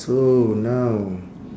so now